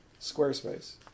Squarespace